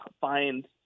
find